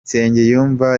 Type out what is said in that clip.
nsengiyumva